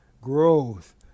growth